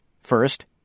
First